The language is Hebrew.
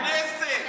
חבר כנסת.